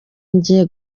ngiye